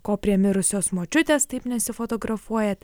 ko prie mirusios močiutės taip nesifotografuojat